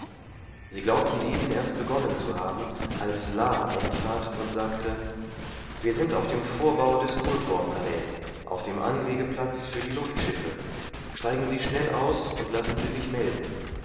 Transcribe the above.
sie glaubten eben erst begonnen zu haben als la eintrat und sagte wir sind auf dem vorbau des kultorpalais auf dem anlegeplatz für die luftschiffe steigen sie schnell aus und lassen sie sich melden